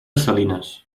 salinas